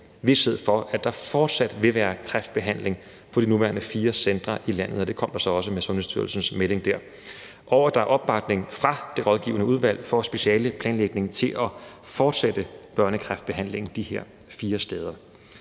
for kræftramte børn og deres familier på de nuværende fire centre i landet. Og det kom der så også med Sundhedsstyrelsens melding. Der er opbakning fra Det Rådgivende Udvalg for Specialeplanlægning til at fortsætte børnekræftbehandling de her fire steder.